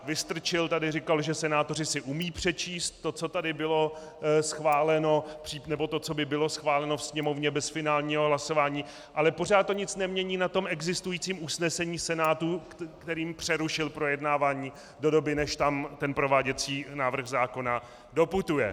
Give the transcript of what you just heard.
Vystrčil tady říkal, že senátoři si umějí přečíst to, co tady bylo schváleno, nebo to, co by bylo schváleno ve Sněmovně bez finálního hlasování, ale pořád to nic nemění na existujícím usnesení Senátu, kterým přerušil projednávání do doby, než tam prováděcí návrh zákona doputuje.